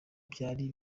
byari